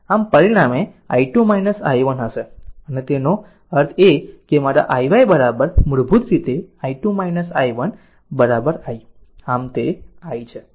આમ પરિણામ i2 i1 હશે અને તેનો અર્થ એ કે મારા i y મૂળભૂત રીતે i2 i1 i આમ તે i છે